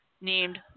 named